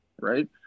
right